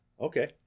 Okay